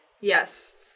Yes